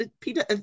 Peter